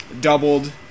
doubled